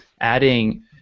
adding